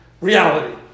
reality